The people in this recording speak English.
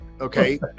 okay